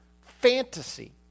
fantasy